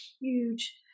huge